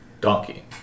donkey